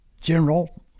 general